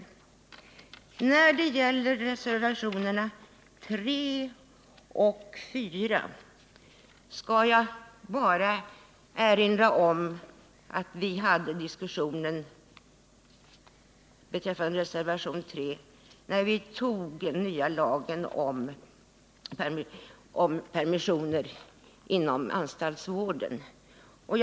När det gäller reservationerna 3 och 4 skall jag bara erinra om att vi behandlade reservationen 3 i samband med att den nya lagen om permissioner inom anstaltsvården togs.